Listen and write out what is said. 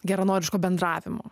geranoriško bendravimo